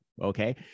Okay